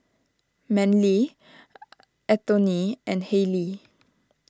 Manly Anthoney and Hailie